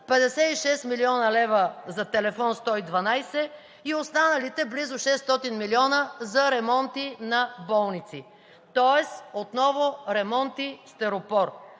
56 млн. лв. за телефон 112 и останалите близо 600 милиона за ремонти на болници, тоест отново ремонти, стиропор.